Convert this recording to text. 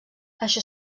això